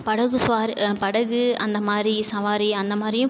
படகு ஸ்வாரி படகு அந்தமாதிரி சவாரி அந்தமாதிரியும்